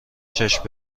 چشم